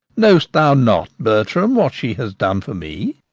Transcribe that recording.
know'st thou not, bertram, what she has done for me?